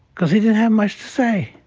cause he didn't have much to say.